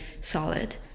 solid